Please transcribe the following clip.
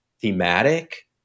thematic